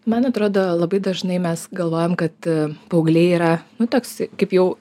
man atrodo labai dažnai mes galvojam kad e paaugliai yra nu toks kaip jau